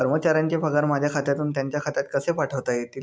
कर्मचाऱ्यांचे पगार माझ्या खात्यातून त्यांच्या खात्यात कसे पाठवता येतील?